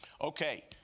Okay